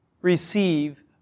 receive